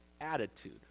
attitude